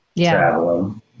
traveling